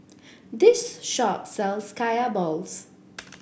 this shop sells Kaya Balls